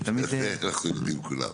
זה כולנו יודעים,